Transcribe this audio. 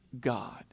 God